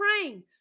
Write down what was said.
praying